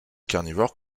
carnivores